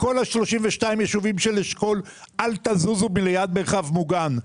לכל ה-32 יישובים של אשכול: אל תזוזו מליד מרחב מוגן.